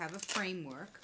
have a framework